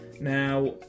Now